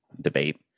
debate